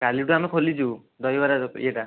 କାଲିଠୁ ଆମେ ଖୋଲିଛୁ ଦହିବରା ଇଏଟା